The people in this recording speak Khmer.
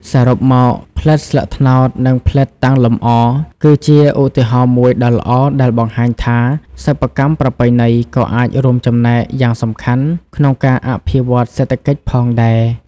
សរុបមក ផ្លិតស្លឹកត្នោត និងផ្លិតតាំងលម្អ គឺជាឧទាហរណ៍មួយដ៏ល្អដែលបង្ហាញថា សិប្បកម្មប្រពៃណីក៏អាចរួមចំណែកយ៉ាងសំខាន់ក្នុងការអភិវឌ្ឍសេដ្ឋកិច្ចផងដែរ។